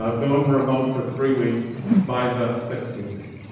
ah going remote for three weeks buys us six weeks.